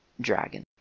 dragon